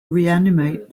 reanimate